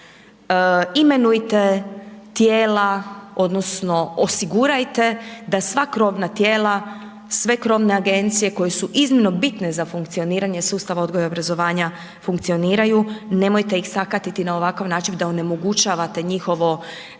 imenujte tijela odnosno osigurajte da sva krovna tijela, sve krovne agencije koje su iznimno bitne za funkcioniranje sustava odgoja i obrazovanja funkcioniraju, nemojte ih sakatiti na ovakav način da onemogućavate njihovo